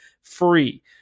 free